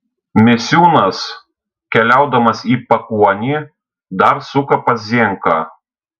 misiūnas keliaudamas į pakuonį dar suka pas zienką